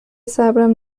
صبرم